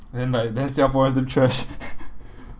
then like then singaporeans damn trash